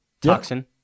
toxin